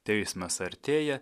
teismas artėja